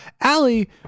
Allie